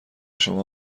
شما